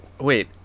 Wait